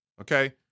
okay